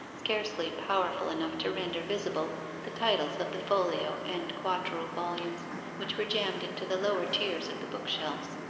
scarcely powerful enough to render visible the titles of the folio and quarto volumes which were jammed into the lower tiers of the bookshelves.